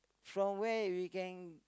from where we can